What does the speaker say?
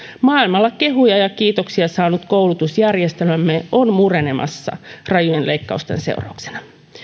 maailmalla kehuja ja kiitoksia saanut koulutusjärjestelmämme on murenemassa rajujen leikkausten seurauksena